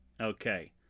Okay